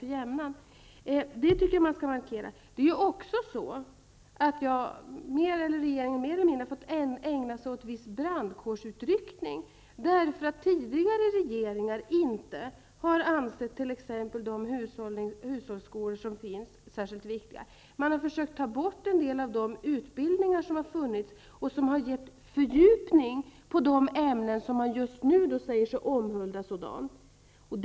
Regeringen har mer eller mindre fått ägna sig åt viss brandkårsutryckning därför att tidigare regeringar inte har ansett att t.ex. hushållsskolorna är särskilt viktiga. Man har försökt ta bort en del av de utbildningar som har funnits och som har gett en fördjupning i de ämnen som man just nu säger sig omhulda så starkt.